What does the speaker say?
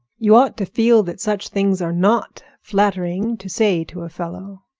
you ought to feel that such things are not flattering to say to a fellow.